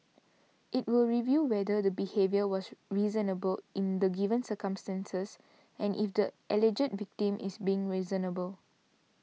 it will review whether the behaviour was reasonable in the given circumstances and if the alleged victim is being reasonable